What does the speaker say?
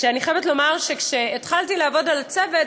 ואני חייבת לומר שכשהתחלתי לעבוד על הצוות